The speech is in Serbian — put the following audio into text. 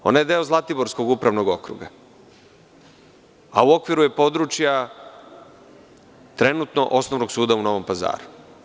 Ona je deo Zlatiborskog upravnog okruga, a u okviru je područja trenutno osnovnog suda u Novom Pazaru.